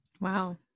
Wow